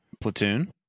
Platoon